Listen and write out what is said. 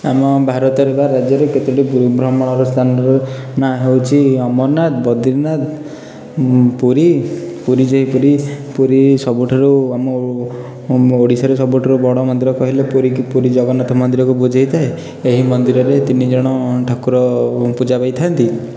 ଆମ ଭାରତରେ ବା ରାଜ୍ୟରେ କେତୋଟି ଭ୍ରମଣର ନାମ ସ୍ଥାନର ନାଁ ହେଉଛି ଅମରନାଥ ବଦ୍ରୀନାଥ ପୁରୀ ପୁରୀ ଯେ ପୁରୀ ସବୁଠାରୁ ଆମ ଓଡ଼ିଶାରେ ସବୁଠାରୁ ବଡ଼ ମନ୍ଦିର କହିଲେ ପୁରୀ ଜଗନ୍ନାଥ ମନ୍ଦିରକୁ ବୁଝାଇଥାଏ ଏହି ମନ୍ଦିରରେ ତିନିଜଣ ଠାକୁର ପୂଜା ପାଇଥାନ୍ତି